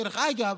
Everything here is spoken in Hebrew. דרך אגב,